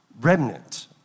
remnant